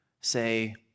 say